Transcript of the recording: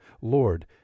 Lord